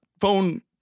phone –